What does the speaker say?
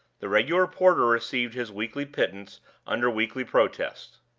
the regular porter received his weekly pittance under weekly protest.